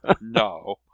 no